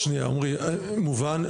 עמרי, זה מובן.